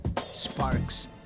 sparks